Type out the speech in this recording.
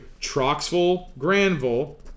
Troxville-Granville